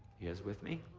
you guys with me?